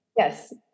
Yes